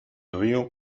río